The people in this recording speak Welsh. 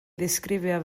ddisgrifio